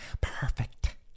perfect